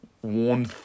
one